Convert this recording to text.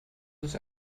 ist